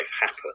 happen